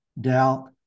doubt